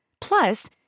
Plus